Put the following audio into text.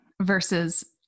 versus